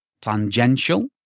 Tangential